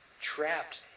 trapped